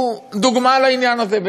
הוא דוגמה לעניין הזה,